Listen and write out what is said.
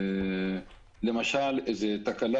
למשל, תקלה